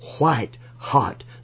white-hot